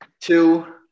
two